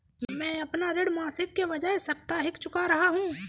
मैं अपना ऋण मासिक के बजाय साप्ताहिक चुका रहा हूँ